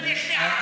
אז תמנה שני ערבים.